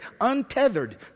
untethered